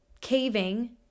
caving